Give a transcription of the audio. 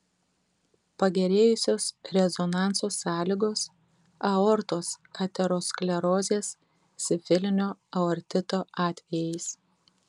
pagerėjusios rezonanso sąlygos aortos aterosklerozės sifilinio aortito atvejais